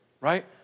right